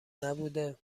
نبوده